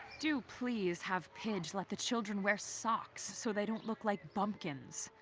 do please have pidge let the children wear socks so they don't look like bumpkins.